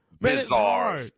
bizarre